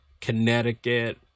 connecticut